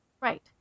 Right